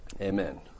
Amen